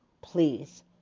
please